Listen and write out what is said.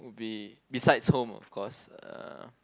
would be besides home of course uh